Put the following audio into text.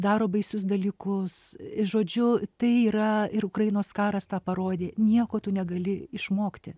daro baisius dalykus žodžiu tai yra ir ukrainos karas tą parodė nieko tu negali išmokti